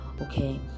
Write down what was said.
okay